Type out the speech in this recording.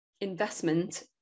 investment